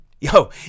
yo